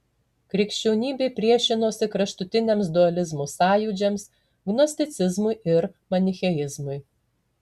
krikščionybė priešinosi kraštutiniams dualizmo sąjūdžiams gnosticizmui ir manicheizmui